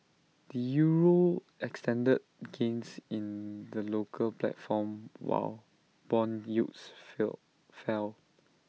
the euro extended gains in the local platform while Bond yields fell fell